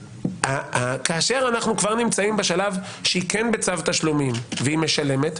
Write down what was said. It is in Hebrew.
כאשר אנחנו נמצאים בשלב שהיא כן בצו תשלומים והיא משלמת,